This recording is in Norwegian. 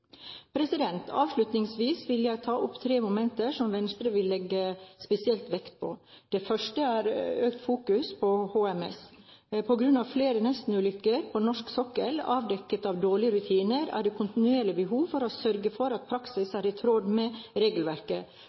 Avslutningsvis vil jeg ta opp tre momenter som Venstre vil legge spesielt vekt på. Det første er økt fokus på HMS. På grunn av flere nestenulykker på norsk sokkel og avdekking av dårlige rutiner er det et kontinuerlig behov for å sørge for at praksis er i tråd med regelverket,